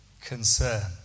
concern